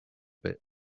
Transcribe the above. bit